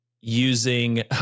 using